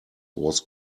was